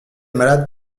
malades